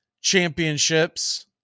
championships